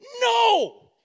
No